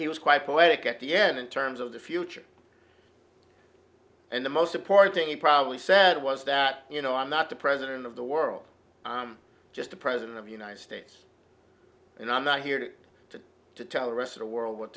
he was quite poetic at the end in terms of the future and the most important thing he probably said was that you know i'm not the president of the world i'm just the president of united states and i'm not here to tell the rest of the world what